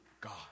God